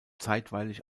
zeitweilig